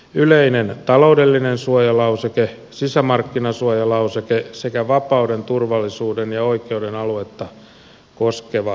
yleinen taloudellinen suojalauseke sisämarkkinasuojalauseke sekä vapauden turvallisuuden ja oikeuden aluetta koskeva suojalauseke